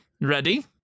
ready